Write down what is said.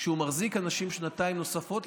כשהוא מחזיק אנשים שנתיים נוספות,